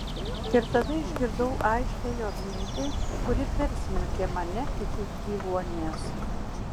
ir tada išgirdau aiškią jo mintį kuri persmelkė mane iki gyvuonies